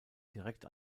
direkt